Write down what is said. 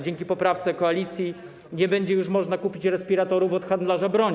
Dzięki poprawce Koalicji nie będzie już można kupić respiratorów od handlarza bronią.